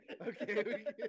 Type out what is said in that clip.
okay